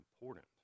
important